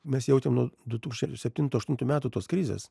mes jautėm nuo du tūkstančiai septintų aštuntų metų tos krizės